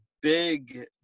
big